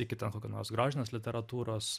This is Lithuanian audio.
iki ten kokio nors grožinės literatūros